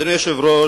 אדוני היושב-ראש,